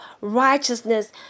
righteousness